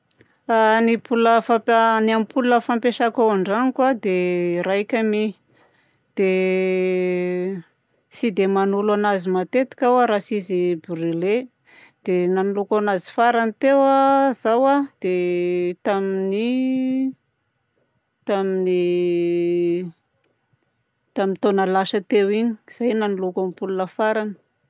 Ampoule afaka- ny ampoule fampiasako ao andranoko a dia raika mi. Dia tsy dia manolo anazy matetika aho raha tsy izy brûlé. Dia ny nanoloako anazy farany teo a zao a, dia tamin'ny tamin'ny tamin'ny taona lasa teo igny. Zay no nanoloako ampoule farany.